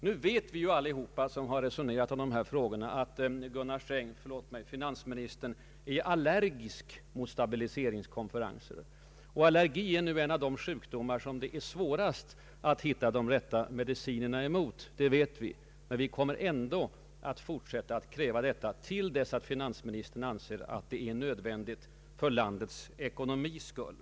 Alla vi som resonerat om dessa frågor vet att finansministern är allergisk mot stabiliseringskonferenser, och allergi är en av de sjukdomar som det är svårast att hitta de rätta medicinerna emot, det vet vi. Men vi kommer ändå att kräva detta, till dess att finansministern finner det nödvändigt för landets ekonomis skull.